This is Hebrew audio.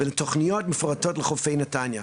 ולתוכניות מפורטות לחופי נתניה.